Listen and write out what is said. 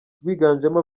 rwiganjemo